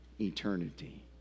eternity